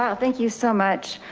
um thank you so much.